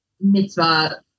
mitzvah